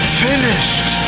finished